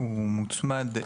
הוא מוצמד,